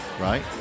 right